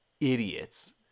idiots